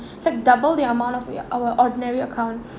so double the amount of with our ordinary account